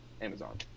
Amazon